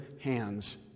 hands